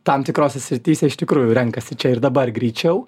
tam tikrose srityse iš tikrųjų renkasi čia ir dabar greičiau